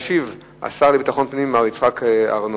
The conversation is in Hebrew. ישיב השר לביטחון הפנים, מר יצחק אהרונוביץ.